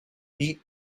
beat